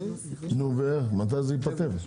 ומתי זה ייפתר?